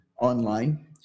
online